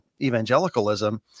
evangelicalism